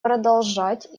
продолжать